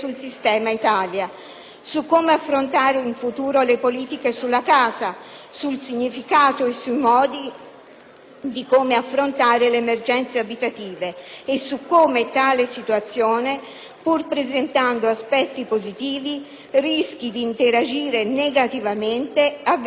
su come affrontare in futuro le politiche per la casa, sul significato e sui modi di affrontare le emergenze abitative e su come tale situazione, pur presentando aspetti positivi, rischi di interagire negativamente aggravando gli effetti